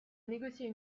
négocier